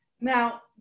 Now